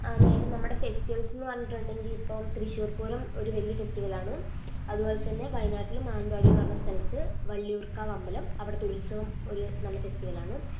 ആ മേഡം നമ്മുടെ ഫെസ്റ്റിവെൽസ് എന്ന് പറഞ്ഞിട്ടുണ്ടെങ്കിൽ ഇപ്പം തൃശൂർ പൂരം ഒരു വലിയ ഫെസ്റ്റിവലാണ് അതുപോലെതന്നെ വയനാട്ടിലും മാനന്തവാടി എന്ന് പറഞ്ഞ സ്ഥലത്ത് വള്ളിയൂർക്കാവമ്പലം അവിടുത്തെ ഉത്സവം ഒരു നല്ല ഫെസ്റ്റിവലാണ്